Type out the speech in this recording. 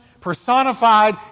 personified